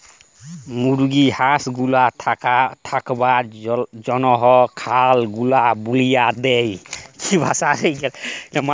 মুরগি হাঁস গুলার থাকবার জনহ খলা গুলা বলিয়ে দেয়